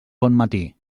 bonmatí